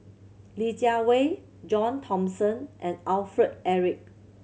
Li Jiawei John Thomson and Alfred Eric